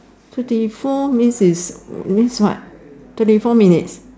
thirty four means is that means is what thirty four minutes